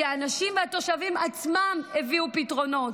כי האנשים והתושבים עצמם הביאו פתרונות.